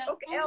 Okay